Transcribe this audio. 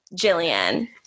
Jillian